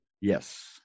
Yes